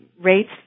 rates